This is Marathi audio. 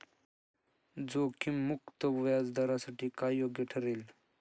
जोखीम मुक्त व्याजदरासाठी काय योग्य ठरेल?